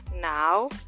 Now